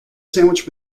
sandwich